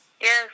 Yes